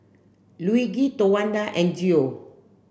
Luigi Towanda and Geo